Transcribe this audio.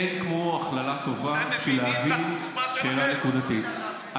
אין כמו הכללה טובה בשביל להבין שאלה נקודתית.